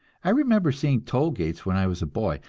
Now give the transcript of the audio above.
i remember seeing toll-gates when i was a boy,